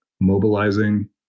mobilizing